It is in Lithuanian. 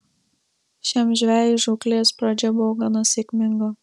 šiam žvejui žūklės pradžia buvo gana sėkminga